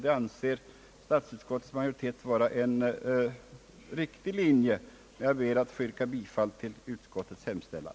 Det anser statsutskottets majoritet vara en riktig linje. Jag ber att få yrka bifall till utskottets hemställan.